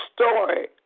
story